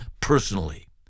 personally